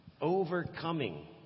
overcoming